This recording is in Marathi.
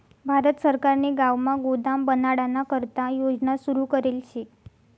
भारत सरकारने गावमा गोदाम बनाडाना करता योजना सुरू करेल शे